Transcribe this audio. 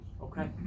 Okay